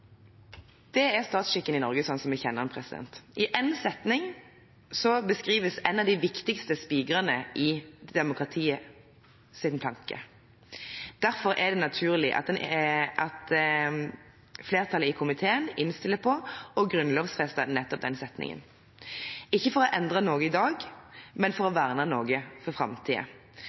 Det er statsskikken i Norge slik som vi kjenner den. I én setning beskrives en av de viktigste spikerne i demokratiets planke. Derfor er det naturlig at flertallet i komiteen innstiller på å grunnlovfeste nettopp den setningen, ikke for å endre noe i dag, men for å